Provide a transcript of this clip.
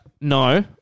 No